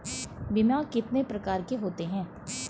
बीमा कितने प्रकार के होते हैं?